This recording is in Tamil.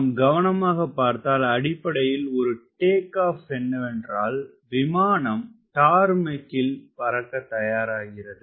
நாம் கவனமாகப் பார்த்தால் அடிப்படையில் ஒரு டேக் ஆப் என்னவென்றால் விமானம் டார்மாக்கில் பறக்கத் தயாராகிறது